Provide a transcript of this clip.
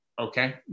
okay